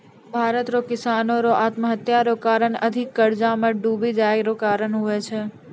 भारत रो किसानो रो आत्महत्या रो कारण अधिक कर्जा मे डुबी जाय रो कारण हुवै छै